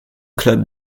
club